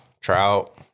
trout